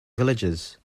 villages